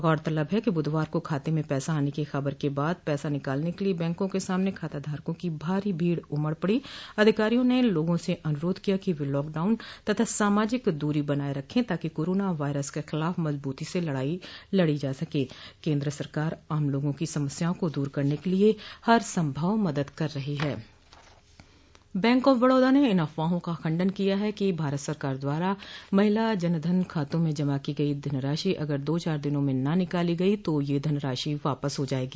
गौरतलब है कि बुधवार को खाते में पैसा आने की खबर के बाद पैसा निकालने के लिए बैंको के सामने खाताधरकों की भारी भीड़ उमड़ पड़ी अधिकारियों ने लोगो से अनुरोध किया है कि वे लाकडाउन तथा सामाजिक दूरी बनाये रखें ताकि करोना वायरस के खिलाफ मजबूती से लड़ाई लड़ी जा सके केंद्र सरकार आम लोगों की समस्याओ को दूर करने के लिए हर संभव मदद कर रही है बैंक ऑफ बड़ौदा ने इन अफवाहों का खडन किया है कि भारत सरकार द्वारा महिला जन धन खातों में जमा की गई धनराशि अगर दो चार दिनों में न निकाली गई तो यह धनराशि वापस हो जायेगी